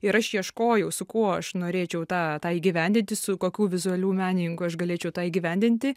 ir aš ieškojau su kuo aš norėčiau tą tą įgyvendinti su kokiu vizualiu menininku aš galėčiau tą įgyvendinti